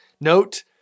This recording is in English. Note